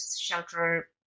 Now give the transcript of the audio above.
shelter